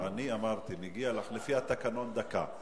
אני אמרתי: מגיעה לך לפי התקנון דקה.